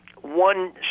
one